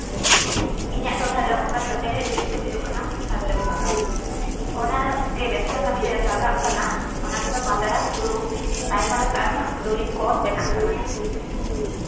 ᱤᱧᱟᱹᱜ ᱴᱚᱴᱷᱟᱨᱮ ᱚᱱᱠᱟ ᱥᱟᱪᱟᱨᱦᱮᱫ ᱫᱩᱨᱤᱵᱽ ᱫᱚ ᱦᱩᱭᱩᱜ ᱠᱟᱱᱟ ᱥᱟᱨᱡᱚᱢ ᱥᱟᱠᱟᱢ ᱚᱱᱟᱜᱮ ᱵᱮᱵᱽᱥᱟ ᱠᱟᱹᱢᱤ ᱨᱮ ᱞᱟᱜᱟᱜ ᱠᱟᱱᱟ ᱚᱱᱟ ᱛᱮᱫᱚ ᱯᱟᱛᱲᱟ ᱯᱷᱩᱲᱩᱜ ᱟᱭᱢᱟ ᱞᱮᱠᱟᱱ ᱫᱩᱨᱤᱵᱽ ᱠᱚ ᱵᱮᱱᱟᱜ ᱠᱟᱱᱟ